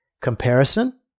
comparison